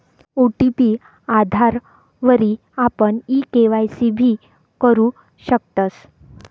OTP आधारवरी आपण e KYC भी करु शकतस